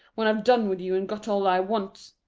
when i've done with you and got all i wants,